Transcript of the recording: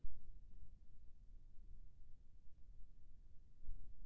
Bank मोला ऋण देहे बार का का जांच करथे?